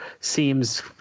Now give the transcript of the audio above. seems